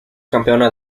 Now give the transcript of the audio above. campeona